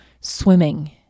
swimming